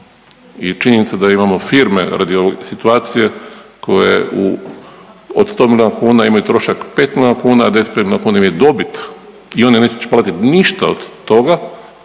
i činjenica da imamo firme radi ove situacije koje od 100 milijuna kuna imaju trošak 5 milijuna kuna, a …/Govornik se ne razumije./… milijuna kuna im je dobit. I oni neće platiti ništa od toga